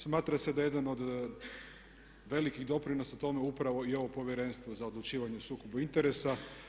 Smatra se da jedan od velikih doprinosa tome je upravo i ovo Povjerenstvo za odlučivanje o sukobu interesa.